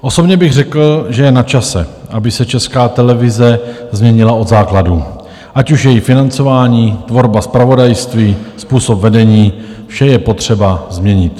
Osobně bych řekl, že je načase, aby se Česká televize změnila od základů, ať už její financování, tvorba zpravodajství, způsob vedení, vše je potřeba změnit.